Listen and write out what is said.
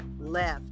left